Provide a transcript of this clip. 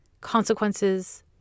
consequences